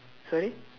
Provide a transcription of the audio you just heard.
sorry